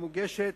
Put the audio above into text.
המוגשת